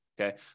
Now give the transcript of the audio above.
Okay